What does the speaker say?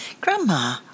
Grandma